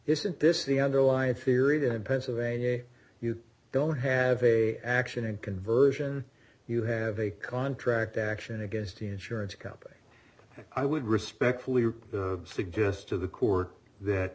isn't this the underlying theory that in pennsylvania you don't have a action in conversion you have a contract action against the insurance company i would respectfully suggest to the court that